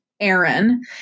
Aaron